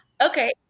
okay